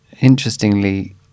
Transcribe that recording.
Interestingly